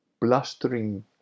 blustering